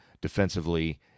defensively